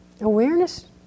awareness